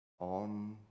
on